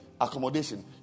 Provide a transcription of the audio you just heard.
accommodation